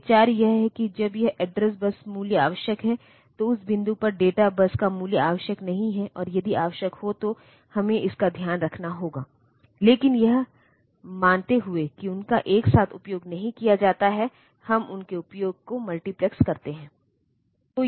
और कुछ और क्लॉक के समान यह रीसेट भी हमें रीसेट आउट करने की आवश्यकता हो सकती है क्योंकि जब यह रीसेट पिन सक्रिय हो जाता है तो हमें कई अन्य उपकरणों को भी रीसेट करना पड़ सकता है